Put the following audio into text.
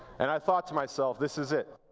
and i thought to myself, this is it.